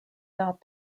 got